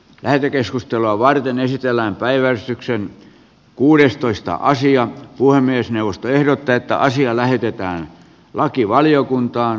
lähetekeskustelua varten esitellään päiväystyksen kuudestoista asian puhemiesneuvosto ehdottaa että asia lähetetään lakivaliokuntaan